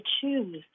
choose